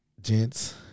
Gents